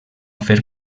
fer